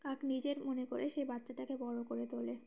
কাক নিজের মনে করে সেই বাচ্চাটাকে বড় করে তোলে